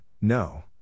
no